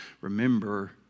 Remember